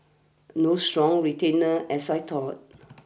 no strong retainers as I thought